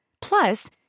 Plus